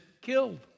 killed